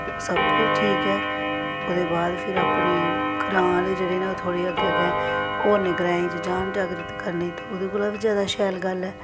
ओह् सब तूं ठीक ऐ ओह्दे बाद फिर अपने ग्रांऽ आह्ले जेह्ड़े न ओह् थोह्ड़े अग्गें अग्गें होरनें ग्राएं च जान जागरत करने गी ते ओह्दे कोला बी ज्यादा शैल गल्ल ऐ